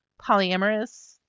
polyamorous